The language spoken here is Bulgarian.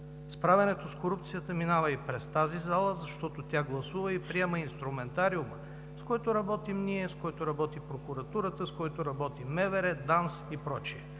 справянето с корупцията минава и през тази зала, защото тя гласува и приема инструментариума, с който работим ние, с който работи прокуратурата, с който работи МВР, ДАНС и